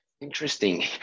Interesting